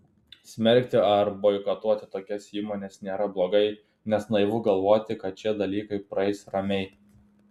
smerkti ar boikotuoti tokias įmones nėra blogai nes naivu galvoti kad šie dalykai praeis ramiai